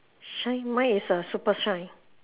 shine mine is err super shine